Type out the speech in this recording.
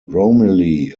romilly